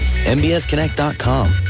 MBSConnect.com